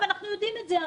והרי אנחנו יודעים את זה.